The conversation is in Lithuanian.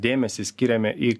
dėmesį skiriame į